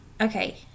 Okay